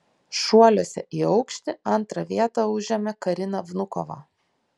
šuoliuose į aukštį antrą vietą užėmė karina vnukova